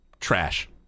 trash